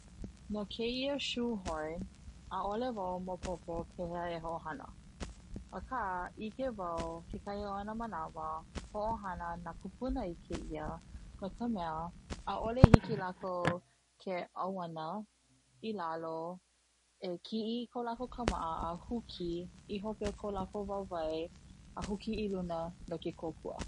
No keia Shoe horn ʻaʻole wau maopopo pehea e hoʻohana, aka ʻike wau kekahi o na manawa hoʻohana na kupuna i keia. no ka mea ʻaʻole hiki ia lakou ke ʻauana i lalo e kiʻi i ka lakou a huki i hope o ka lakou wawae a huki i luna no ke kokua.